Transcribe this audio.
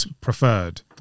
preferred